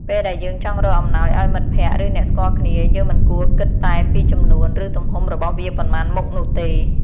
ពេលដែលយើងចង់រកអំណោយឱ្យមិត្តភក្តិ ឬអ្នកស្គាល់គ្នា យើងមិនគួរគិតតែពីចំនួន ឬទំហំរបស់វាប៉ុន្មានមុខនោះទេ។